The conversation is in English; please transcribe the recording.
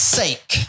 sake